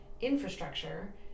infrastructure